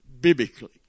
biblically